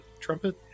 trumpet